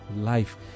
life